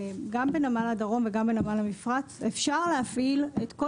בנמל הדרום וגם בנמל המפרץ אפשר להפעיל את כל